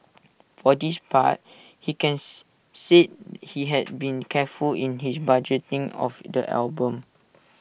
for this part he cans said he had been careful in his budgeting of the album